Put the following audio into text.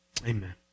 amen